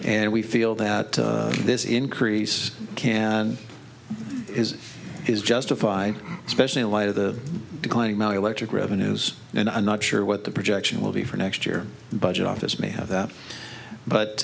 and we feel that this increase can and is is justified especially in light of the declining my electric revenues and i'm not sure what the projection will be for next year budget office may have that but